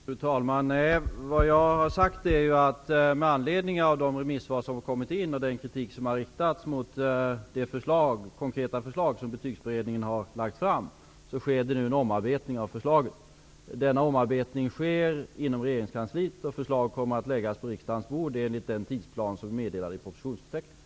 Fru talman! Nej. Vad jag har sagt är, att med anledning av de remissvar som kommit in och den kritik som riktats mot de konkreta förslag Betygsutredningen lagt fram sker nu en omarbetning av förslaget. Denna omarbetning sker inom regeringskansliet. Förslag kommer att läggas på riksdagens bord enligt den tidsplan som är meddelad i propositionsförteckningen.